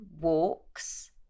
Walks